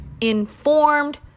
informed